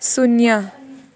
शून्य